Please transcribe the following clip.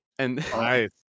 nice